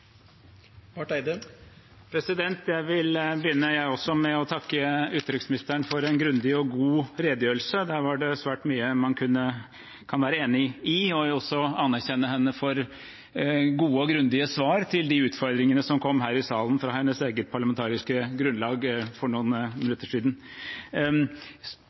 Jeg vil også begynne med å takke utenriksministeren for en grundig og god redegjørelse. Der var det svært mye man kan være enig i, og jeg vil også anerkjenne henne for gode og grundige svar på de utfordringene som kom her i salen fra hennes eget parlamentariske grunnlag for noen minutter siden.